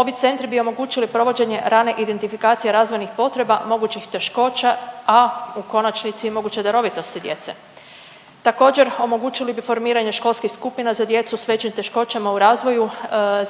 Ovi centri bi omogućili provođenje rane identifikacije razvojnih potreba mogućih teškoća, a u konačnici i moguće darovitosti djece, također omogućili bi formiranje školskih skupina za djecu s većim teškoćama u razvoju